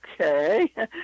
okay